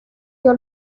dio